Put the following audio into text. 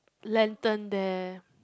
lantern there